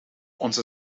onze